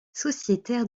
sociétaire